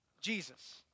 Jesus